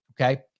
Okay